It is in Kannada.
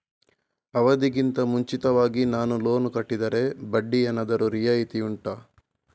ಅವಧಿ ಗಿಂತ ಮುಂಚಿತವಾಗಿ ನಾನು ಲೋನ್ ಕಟ್ಟಿದರೆ ಬಡ್ಡಿ ಏನಾದರೂ ರಿಯಾಯಿತಿ ಉಂಟಾ